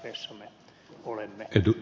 herra puhemies